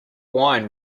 wine